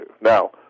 Now